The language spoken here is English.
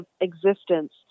existence